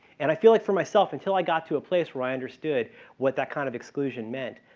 and i feel like for myself until i got to a place where i understood what that kind of exclusion meant,